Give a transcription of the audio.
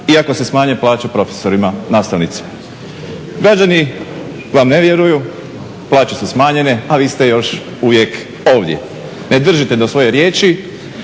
ako se smanje plaće profesorima, nastavnicima. Građani vam ne vjeruju, plaće su smanjene a vi ste još uvijek ovdje. Ne držite do svoje riječi,